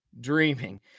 dreaming